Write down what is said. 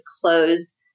close